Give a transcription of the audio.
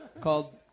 Called